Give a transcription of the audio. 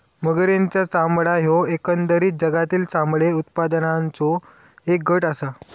मगरींचा चामडा ह्यो एकंदरीत जगातील चामडे उत्पादनाचों एक गट आसा